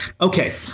Okay